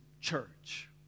church